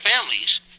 families